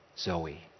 Zoe